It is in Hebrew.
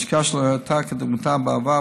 השקעה שלא הייתה כדוגמתה בעבר,